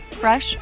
Fresh